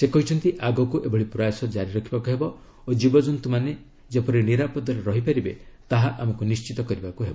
ସେ କହିଛନ୍ତି ଆଗକ୍ର ଏଭଳି ପ୍ରୟାସ ଜାରି ରଖିବାକୁ ହେବ ଓ ଜୀବଜନ୍ତୁମାନେ ଯେପରି ନିରାପଦରେ ରହିପାରିବେ ତାହା ଆମକୁ ନିଣ୍ଚିତ କରିବାକୁ ହେବ